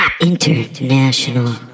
International